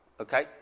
Okay